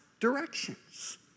directions